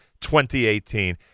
2018